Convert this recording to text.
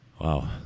Wow